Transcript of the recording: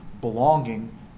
belonging